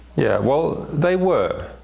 yeah well, they were.